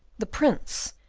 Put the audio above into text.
the prince,